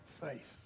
faith